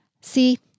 See